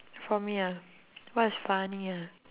for me ah what is funny ah